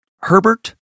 Herbert